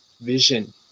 vision